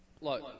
Look